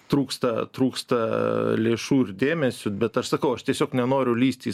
trūksta trūksta lėšų ir dėmesių bet aš sakau aš tiesiog nenoriu lįsti į